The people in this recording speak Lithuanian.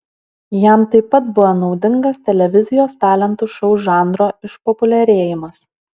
jam taip pat buvo naudingas televizijos talentų šou žanro išpopuliarėjimas